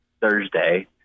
Thursday